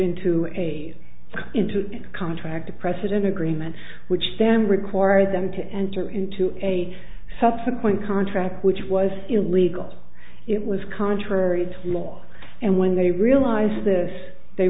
into a into a contract the president agreement which then require them to enter into a subsequent contract which was illegal it was contrary to law and when they realized th